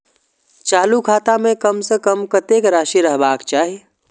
चालु खाता में कम से कम कतेक राशि रहबाक चाही?